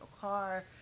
car